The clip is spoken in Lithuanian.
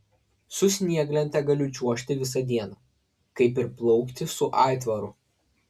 su snieglente galiu čiuožti visą dieną kaip ir plaukti su aitvaru